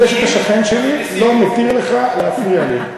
זה שאתה שכן שלי לא מתיר לך להפריע לי.